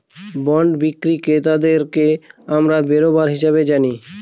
bond বিক্রি ক্রেতাদেরকে আমরা বেরোবার হিসাবে জানি